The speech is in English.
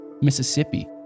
Mississippi